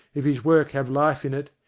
if his work have life in it,